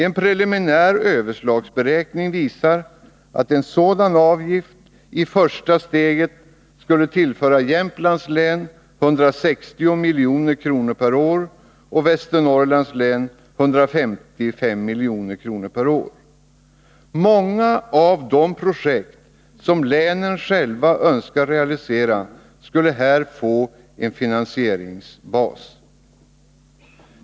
En preliminär överslagsberäkning visar att en sådan avgift i första steget skulle tillföra Jämtlands län 160 milj.kr. per år och Västernorrlands län 155 milj.kr. per år. Många av de projekt som länen själva önskar realisera skulle här få en finansieringsbas.